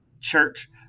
Church